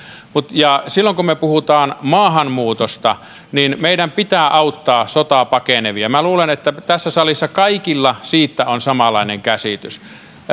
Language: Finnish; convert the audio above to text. silloin kun me puhumme maahanmuutosta niin meidän pitää auttaa sotaa pakenevia minä luulen että tässä salissa kaikilla siitä on samanlainen käsitys